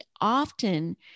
often